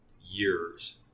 years